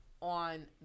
on